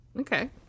okay